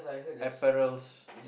apparels